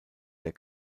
der